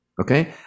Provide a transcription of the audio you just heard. Okay